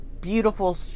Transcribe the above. beautiful